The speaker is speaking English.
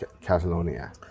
catalonia